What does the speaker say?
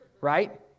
right